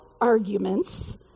arguments